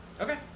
Okay